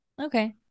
Okay